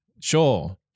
Sure